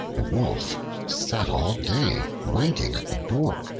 the wolf sat all day waiting at the door.